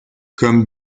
comme